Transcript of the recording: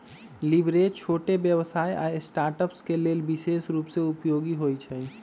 leverage छोट व्यवसाय आऽ स्टार्टअप्स के लेल विशेष रूप से उपयोगी होइ छइ